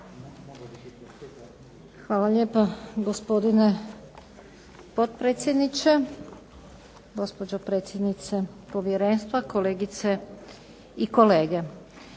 Hvala lijepa gospodine potpredsjedniče, gospođe predsjednice Povjerenstva, kolegice i kolege.